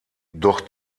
doch